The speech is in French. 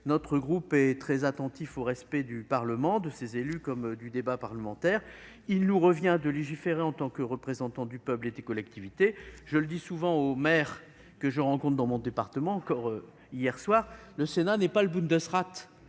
Notre groupe est très attentif au respect du Parlement, de ses élus comme du débat en son sein. Il nous revient de légiférer en tant que représentants du peuple et des collectivités. Je le dis souvent aux maires que je rencontre dans mon département, comme hier soir : le Sénat n'est pas le. Il est